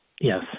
Yes